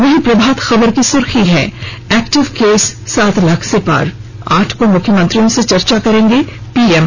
वहीं प्रभात खबर की सुर्खी है एक्टिव केस सात लाख के पार आठ को मुख्यमंत्रियों से चर्चा करेंगे पीएम